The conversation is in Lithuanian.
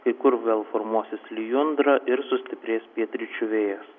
kai kur gal formuosis lijundra ir sustiprės pietryčių vėjas